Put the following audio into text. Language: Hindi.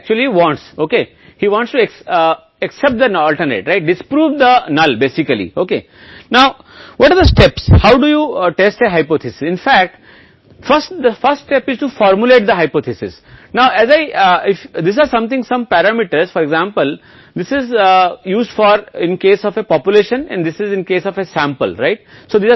पहला कदम है परिकल्पना तैयार करना ये कुछ पैरामीटर हैं उदाहरण यह आबादी के मामले में उपयोग किया जाता है और यह नमूने का मामला है इसलिए कुछ सूचनाएं जो आपको किताबों या कुछ में सामना कर सकती हैं